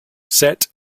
set